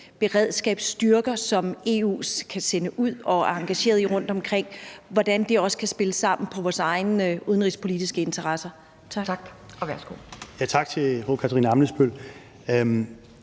beredskabsstyrker, som EU kan sende ud og er engageret i rundtomkring, altså hvordan kan det også spille sammen med vores udenrigspolitiske interesser? Tak. Kl. 10:38 Anden